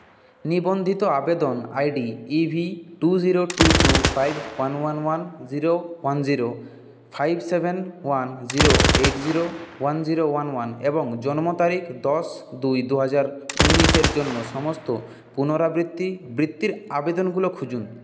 নিবন্ধিত আবেদন I D E V two zero two two five one one one zero one zero five seven one zero আট zero one zero one one এবং জন্ম তারিখ দশ দুই দু হাজার ঊনিশ এর জন্য সমস্ত পুনরাবৃত্তি বৃত্তির আবেদনগুলো খুঁজুন